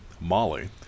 Molly